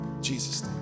Jesus